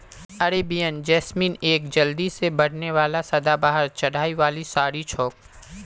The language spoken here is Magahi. अरेबियन जैस्मीन एक जल्दी से बढ़ने वाला सदाबहार चढ़ाई वाली झाड़ी छोक